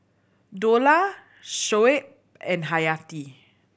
Dollah Shoaib and Hayati